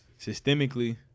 systemically